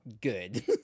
good